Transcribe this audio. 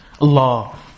Allah